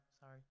sorry